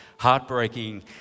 heartbreaking